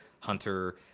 Hunter